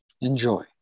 Enjoy